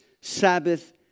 Sabbath